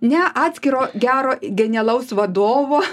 ne atskiro gero genialaus vadovo